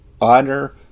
honor